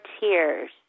tears